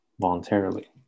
voluntarily